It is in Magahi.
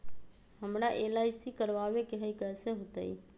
हमरा एल.आई.सी करवावे के हई कैसे होतई?